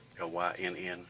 L-Y-N-N